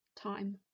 time